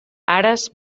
ares